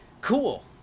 cool